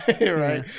Right